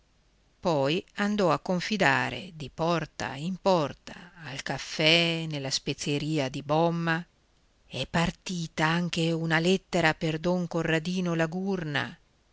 poi andò a confidare di porta in porta al caffè nella spezieria di bomma è partita anche una lettera per don corradino